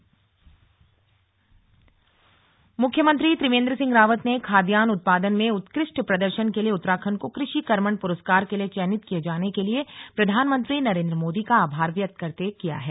कृषि कृमण पुरस्कार मुख्यमंत्री त्रिवेन्द्र सिंह रावत ने खाद्यान्न उत्पादन में उत्कृष्ट प्रदर्शन के लिए उत्तराखण्ड को कृषि कर्मण पुरस्कार के लिए चयनित किये जाने के लिए प्रधानमंत्री नरेन्द्र मोदी का आभार व्यक्त करते किया है